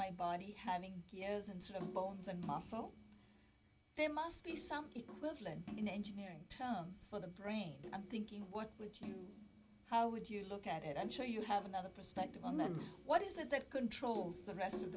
my body having years and sort of bones and muscle they must be some equivalent in engineering terms for the brain i'm thinking what would you how would you look at it i'm sure you have another perspective on that what is it that controls the rest of